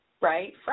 Right